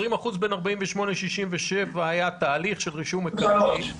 20 אחוזים בין 1948 ל-1967 היה תהליך של רישום מקרקעין.